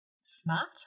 Smart